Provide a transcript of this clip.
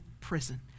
prison